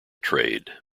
trade